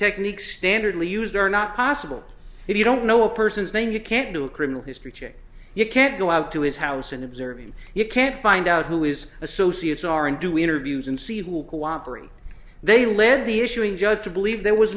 techniques standardly used are not possible if you don't know a person's name you can't do a criminal history check you can't go out to his house and observe him you can't find out who is associates are and do interviews and see who will cooperate they lead the issuing judge to believe there was